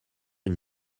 une